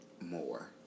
more